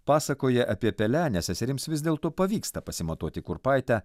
pasakoje apie pelenę seserims vis dėlto pavyksta pasimatuoti kurpaitę